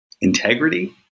Integrity